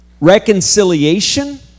reconciliation